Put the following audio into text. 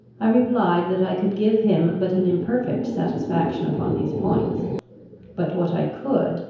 i replied, that i could give him but an imperfect satisfaction upon these points but what i could,